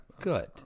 good